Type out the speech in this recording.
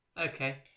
Okay